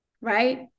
Right